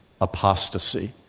apostasy